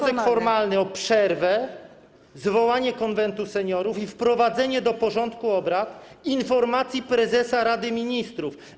Wniosek formalny o przerwę, zwołanie Konwentu Seniorów i wprowadzenie do porządku obrad informacji prezesa Rady Ministrów.